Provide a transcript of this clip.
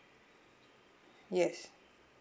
yes